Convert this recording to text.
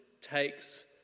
takes